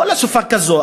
לא לסופה כזאת,